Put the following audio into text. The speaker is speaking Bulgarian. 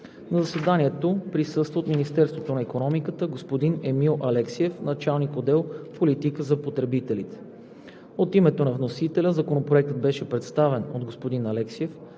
На заседанието присъства от Министерството на икономиката господин Емил Алексиев – началник-отдел „Политика за потребителите“. От името на вносителя Законопроектът беше представен от господин Алексиев,